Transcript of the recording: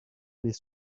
les